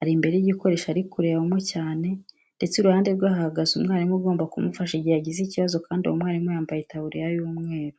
Ari imbere y'igikoresho ari kukirebamo cyane ndetse iruhande rwe hahagaze umwarimu ugomba kumufasha igihe agize ikibazo kandi uwo mwarimu yambaye itaburiya y'umweru.